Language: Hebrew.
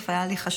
היה לי חשוב,